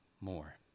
more